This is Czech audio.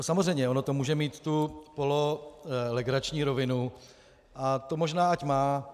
Samozřejmě, ono to může mít pololegrační rovinu a to možná ať má.